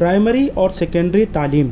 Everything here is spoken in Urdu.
پرائمری اور سیکنڈری تعلیم